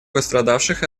пострадавших